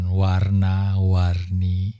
warna-warni